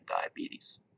diabetes